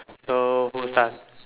so start